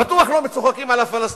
בטוח לא צוחקים על הפלסטינים,